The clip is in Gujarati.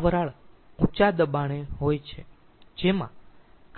આ વરાળ ઊંચા દબાણે હોય છે જેમાં